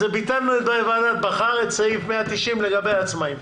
אז ביטלנו את ועדת בכר, את סעיף 190 לגבי עצמאים.